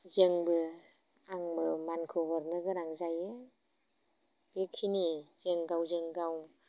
जोंबो आंबो मानखौ हरनो गोनां जायो बेखिनि जों गावजों गाव